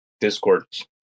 discords